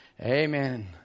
Amen